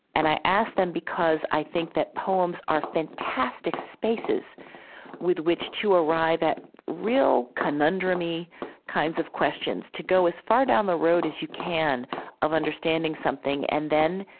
and i ask them because i think that poems are fantastic spaces with which to arrive at real conundrum-y kinds of questions, to go as far down the road as you can of understanding something and then